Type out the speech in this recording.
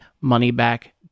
money-back